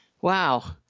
Wow